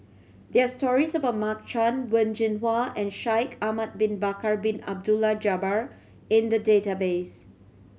there're stories about Mark Chan Wen Jinhua and Shaikh Ahmad Bin Bakar Bin Abdullah Jabbar in the database